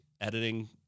editing